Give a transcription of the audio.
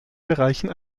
bereichen